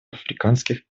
африканских